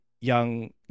young